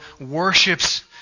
worships